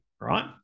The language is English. right